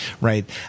right